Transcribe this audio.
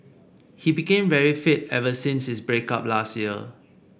he became very fit ever since his break up last year